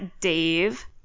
Dave